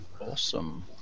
Awesome